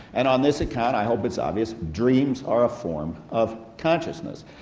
and on this account, i hope it's obvious, dreams are a form of consciousness.